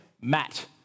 Matt